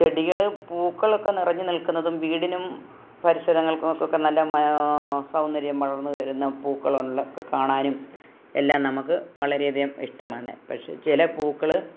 ചെടികള് പൂക്കളൊക്കെ നിറഞ്ഞ് നിൽക്കുന്നതും വീടിനും പരിസരങ്ങൾക്കുമൊക്കെ നല്ല സൗന്ദര്യം വളർന്ന് വരുന്ന പൂക്കളുള്ളത് ഒക്കെ കാണാനും എല്ലാം നമുക്ക് വളരെയധികം ഇഷ്ട്മാണ് പക്ഷേ ചില പൂക്കള്